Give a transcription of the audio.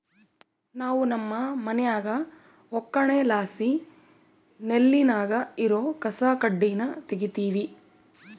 ನಾವು ನಮ್ಮ ಮನ್ಯಾಗ ಒಕ್ಕಣೆಲಾಸಿ ನೆಲ್ಲಿನಾಗ ಇರೋ ಕಸಕಡ್ಡಿನ ತಗೀತಿವಿ